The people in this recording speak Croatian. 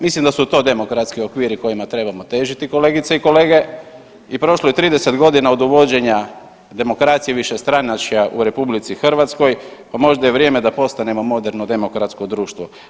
Mislim da su to demokratski okviri kojima trebamo težiti kolegice i kolege i prošlo je 30.g. od uvođenja demokracije višestranačja u RH, pa možda je vrijeme da postanemo moderno demokratsko društvo.